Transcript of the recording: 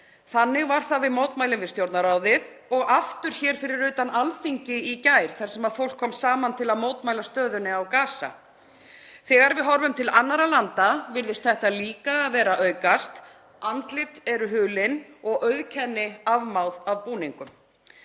Þannig var það við mótmælin við Stjórnarráðið og aftur hér fyrir utan Alþingi í gær þar sem fólk kom saman til að mótmæla stöðunni á Gaza. Þegar við horfum til annarra landa virðist þetta líka vera að aukast. Andlit eru hulin og auðkenni afmáð af búningum.